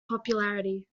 popularity